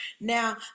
Now